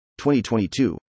2022